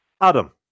Adam